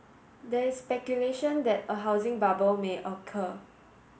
there is speculation that a housing bubble may occur